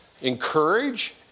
Encourage